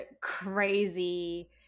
crazy